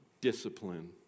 discipline